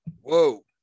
Whoa